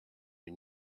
you